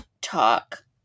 talk